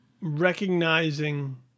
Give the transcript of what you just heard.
recognizing